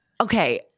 okay